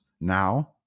now